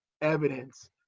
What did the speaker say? evidence